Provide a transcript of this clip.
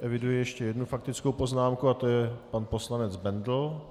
Eviduji ještě jednu faktickou poznámku a to je pan poslanec Bendl.